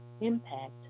impact